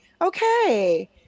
Okay